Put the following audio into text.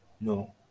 no